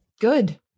Good